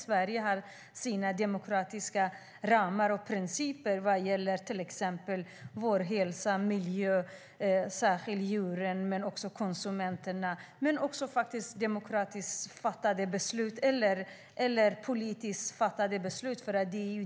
Sverige har sina demokratiska ramar och principer vad gäller till exempel vår hälsa, miljön, djuren, konsumenterna och politiskt fattade beslut.